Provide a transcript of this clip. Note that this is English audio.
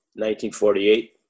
1948